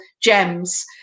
gems